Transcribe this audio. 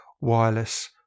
wireless